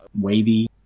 Wavy